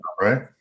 right